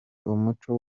umuco